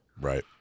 Right